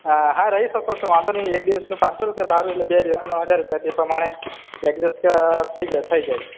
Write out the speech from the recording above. હા રઈ શકો છો વાંધો નય એક દિવસનું પાનસો રૂપિયા ભાડું એટલે બે દિવસના હજાર રૂપિયા છે એ પ્રમાણે સેગવેટ થઈ જશ થઈ જાય